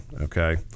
okay